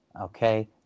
Okay